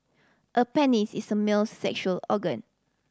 a penis is a male's sexual organ